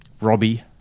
Robbie